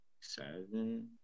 seven